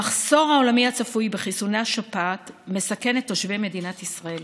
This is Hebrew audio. המחסור העולמי הצפוי בחיסוני השפעת מסכן את תושבי מדינת ישראל